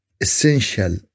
essential